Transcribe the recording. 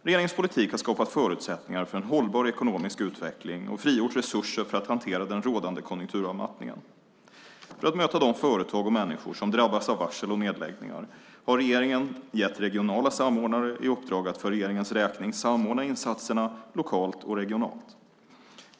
Regeringens politik har skapat förutsättningar för en hållbar ekonomisk utveckling och frigjort resurser för att hantera den rådande konjunkturavmattningen. För att möta de företag och människor som drabbas av varsel och nedläggningar har regeringen gett regionala samordnare i uppdrag att för regeringens räkning samordna insatserna lokalt och regionalt.